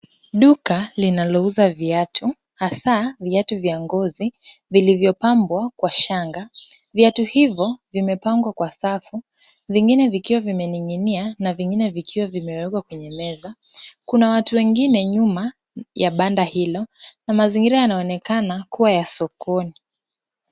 Duka linalouza viatu hasa viatu vya ngozi vilivyopambwa kwa shanga. Viatu hivyo vimepangwa kwa safu vingine vikiwa vimening'inia na vingine vikiwa vimewekwa kwenye meza. Kuna watu wengine nyuma ya banda hilo na mazingira yanaonekana kuwa ya sokoni.